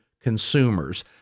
consumers